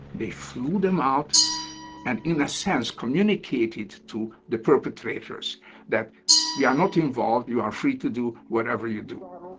they flew them out and, in a sense, communicated to the perpetrators that we are not involved. you are free to do whatever you do um